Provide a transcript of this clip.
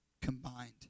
combined